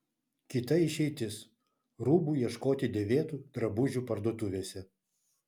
kita išeitis rūbų ieškoti dėvėtų drabužių parduotuvėse